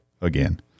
again